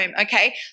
okay